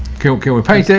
cool. can we paint it?